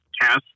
cast